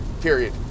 period